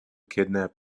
kidnap